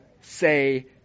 say